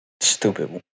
Stupid